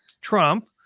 Trump